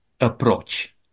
approach